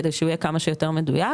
כדי שהוא יהיה כמה שיותר מדויק.